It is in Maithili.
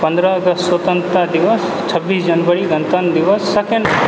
पन्द्रह अगस्त स्वतन्त्रता दिवस छब्बीस जनवरी गणतन्त्र दिवस सेकण्ड